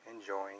enjoying